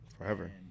forever